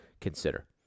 consider